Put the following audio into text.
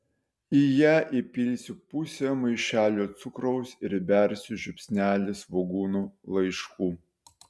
į ją įpilsiu pusę maišelio cukraus ir įbersiu žiupsnelį svogūnų laiškų